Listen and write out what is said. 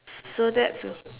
so that's a